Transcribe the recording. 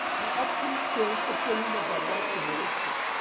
the extreme-scale petroleum reservoir simulation,